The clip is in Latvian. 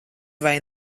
vai